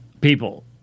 people